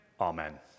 Amen